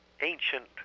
ancient